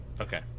Okay